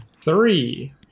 three